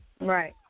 Right